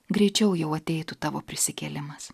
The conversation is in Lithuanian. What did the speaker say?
greičiau jau ateitų tavo prisikėlimas